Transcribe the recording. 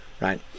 right